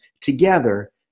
together